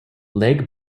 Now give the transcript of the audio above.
leg